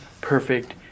perfect